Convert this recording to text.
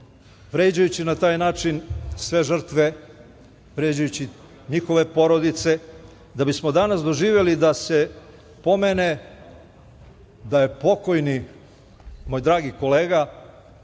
vređajući na taj način sve žrtve, vređajući njihove porodice, a da bismo danas doživeli da se pomene da je pokojni, moj dragi kolega,